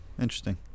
interesting